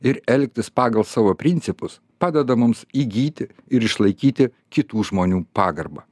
ir elgtis pagal savo principus padeda mums įgyti ir išlaikyti kitų žmonių pagarbą